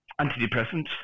antidepressants